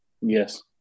Yes